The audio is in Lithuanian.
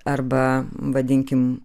arba vadinkim